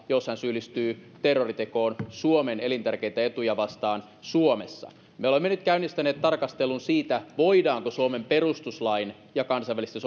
jos hän syyllistyy terroritekoon suomen elintärkeitä etuja vastaan suomessa me olemme nyt käynnistäneet tarkastelun siitä voidaanko suomen perustuslain ja kansainvälisten